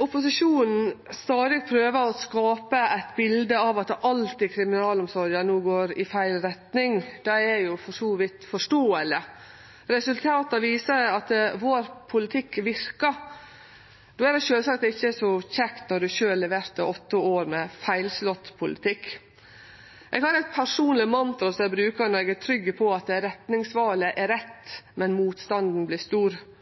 opposisjonen stadig prøvar å skape eit bilete av at alt i kriminalomsorga no går i feil retning, er for så vidt forståeleg, men resultata viser at vår politikk verkar. Då er det sjølvsagt ikkje så kjekt når ein sjølv leverte åtte år med feilslått politikk. Eg har eit personleg mantra som eg brukar når eg er trygg på at retningsvalet er rett, men motstanden vert stor: